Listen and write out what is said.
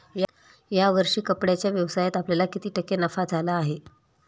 या वर्षी कपड्याच्या व्यवसायात आपल्याला किती टक्के नफा झाला आहे?